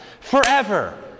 forever